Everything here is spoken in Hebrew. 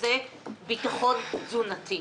וזה ביטחון תזונתי.